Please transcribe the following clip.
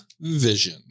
Vision